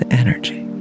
energy